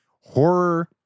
horror